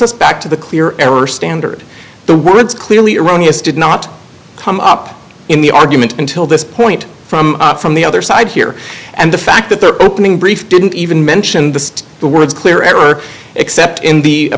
us back to the clear ever standard the words clearly erroneous did not come up in the argument until this point from from the other side here and the fact that their opening brief didn't even mention the the words clear error except in the